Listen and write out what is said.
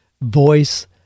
voice